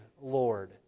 Lord